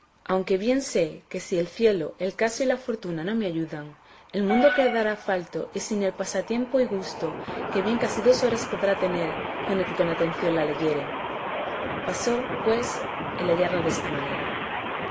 aunque bien sé que si el cielo el caso y la fortuna no me ayudan el mundo quedará falto y sin el pasatiempo y gusto que bien casi dos horas podrá tener el que con atención la leyere pasó pues el hallarla en esta manera